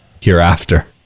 hereafter